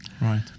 Right